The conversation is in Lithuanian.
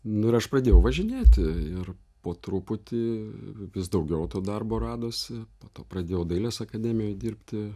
nu ir aš pradėjau važinėti ir po truputį vis daugiau to darbo radosi po to pradėjau dailės akademijoj dirbti